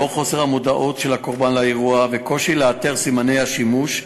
בשל חוסר המודעות של הקורבן לאירוע וקושי לאתר את סימני השימוש,